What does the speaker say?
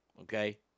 okay